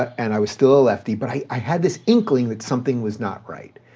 and i was still a lefty, but i had this inkling that something was not right,